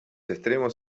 extremos